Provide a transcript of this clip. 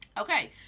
Okay